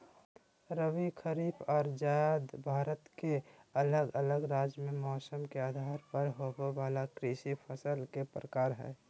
रबी, खरीफ आर जायद भारत के अलग अलग राज्य मे मौसम के आधार पर होवे वला कृषि फसल के प्रकार हय